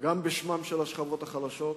גם בשמן של השכבות החלשות,